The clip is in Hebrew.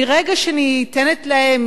מרגע שניתנת להם,